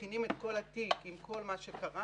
מכינים את כל התיק עם כל מה שקרה,